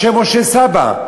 על-שם משה סאבא,